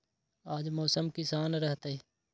आज मौसम किसान रहतै?